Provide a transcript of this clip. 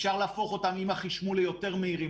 אפשר להפוך אותם עם החשמול ליותר מהירים,